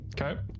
Okay